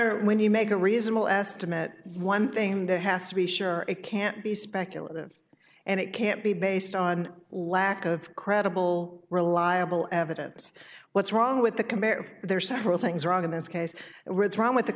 honor when you make a reasonable estimate one thing there has to be sure it can't be speculative and it can't be based on lack of credible reliable evidence what's wrong with the combat there are several things wrong in this case and where it's wrong with the